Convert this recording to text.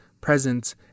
present